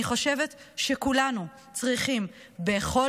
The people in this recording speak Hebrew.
אני חושבת שבכל דיון,